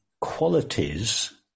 qualities